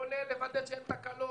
כולל לוודא שאין תקלות,